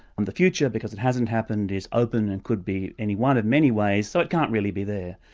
and the future because it hasn't happened, is open and could be any one of many ways, so it can't really be there.